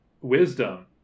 wisdom